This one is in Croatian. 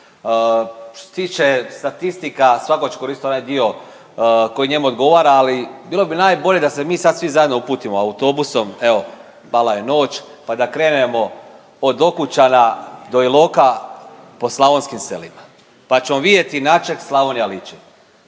Što se tiče statistika, svatko će koristiti onaj dio koji njemu odgovara, ali bilo bi najbolje da se mi sad svi zajedno uputimo autobusom, evo, pala je noć pa da krenemo od Okučana do Iloka po slavonskim selima pa ćemo vidjeti na čeg Slavonija liči.